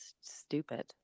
stupid